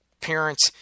parents